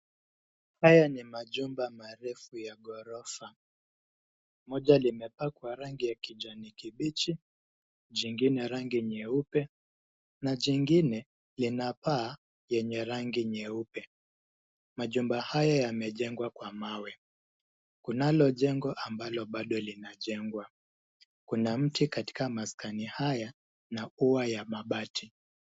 Haya ni majumba marefu ya ghorofa. Moja limepakwa rangi ya kijani kibichi, jingine rangi nyeupe na jingine lina paa lenye rangi nyeupe. Majumba haya yamejengwa kwa mawe. Kunalo jengo ambalo bado linajengwa. Kuna mti katika maskani haya na ua ya mabati.